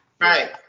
Right